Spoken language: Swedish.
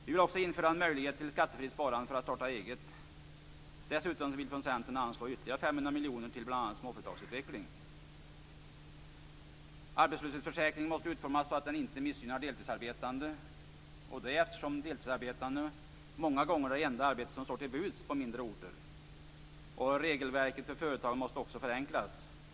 Vi vill också införa en möjlighet till skattefritt sparande för att starta eget. Dessutom vill vi från Arbetslöshetsförsäkringen måste utformas så att den inte missgynnar deltidsarbetande, eftersom deltidsarbete många gånger är det enda arbete som står till buds på mindre orter. Regelverket för företagen måste också förenklas.